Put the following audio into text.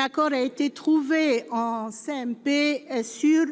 accord ait été trouvé en CMP sur